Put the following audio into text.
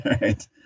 Right